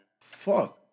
Fuck